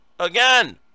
Again